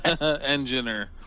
Engineer